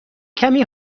کمی